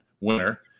winner